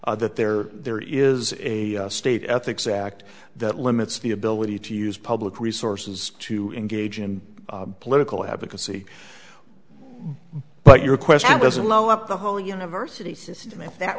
that there there is a state ethics act that limits the ability to use public resources to engage in political advocacy but your question was a blow up the whole university system and that